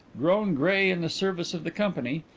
grown grey in the service of the company,